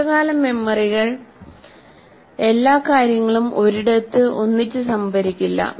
ദീർഘകാല മെമ്മറികൾ എല്ലാ കാര്യങ്ങളും ഒരിടത്ത് ഒന്നിച്ചു സംഭരിക്കില്ല